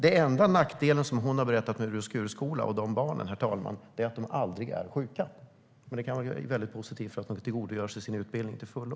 Den enda nackdelen som hon har berättat om när det gäller den skolan och de barnen är att barnen aldrig är sjuka. Det är väldigt positivt, för de kan tillgodogöra sig sin utbildning till fullo.